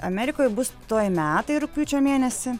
amerikoj bus tuoj metai rugpjūčio mėnesį